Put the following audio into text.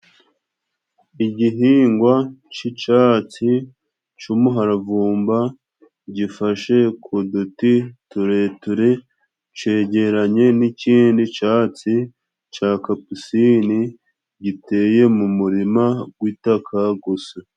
Igihingwa c'icatsi c'umuharavumba gifashe ku duti tureture cegeranye n'ikindi catsi ca kapusine, giteye mu murima w'itaka gusa.